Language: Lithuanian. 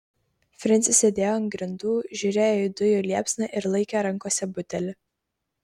frensis sėdėjo ant grindų žiūrėjo į dujų liepsną ir laikė rankose butelį